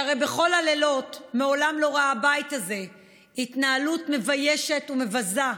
שהרי בכל הלילות מעולם לא ראה הבית הזה התנהלות מביישת ומבזה,